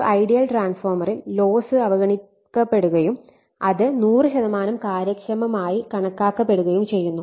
ഒരു ഐഡിയൽ ട്രാൻസ്ഫോർമറിൽ ലോസ് അവഗണിക്കപ്പെടുകയും അത് 100 ശതമാനം കാര്യക്ഷമമായി കണക്കാക്കപ്പെടുകയും ചെയ്യുന്നു